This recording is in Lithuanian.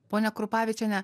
ponia krupavičiene